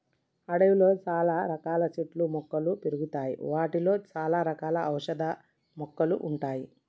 అడవిలో చాల రకాల చెట్లు మొక్కలు పెరుగుతాయి వాటిలో చాల రకాల ఔషధ మొక్కలు ఉంటాయి